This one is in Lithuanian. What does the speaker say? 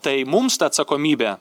tai mums ta atsakomybė